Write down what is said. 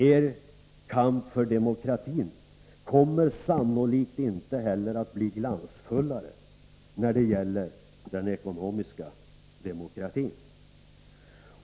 Er kamp för demokratin kommer sannolikt inte heller att bli glansfullare när det gäller den ekonomiska demokratin.